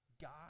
God